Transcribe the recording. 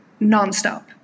nonstop